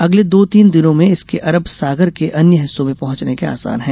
अगले दो तीन दिनों में इसके अरब सागर के अन्य हिस्सों में पहुंचने के आसार हैं